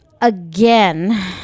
again